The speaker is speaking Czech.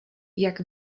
jak